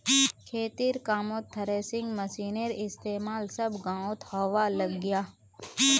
खेतिर कामोत थ्रेसिंग मशिनेर इस्तेमाल सब गाओंत होवा लग्याहा